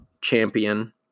champion